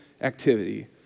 activity